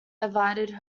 invited